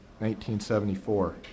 1974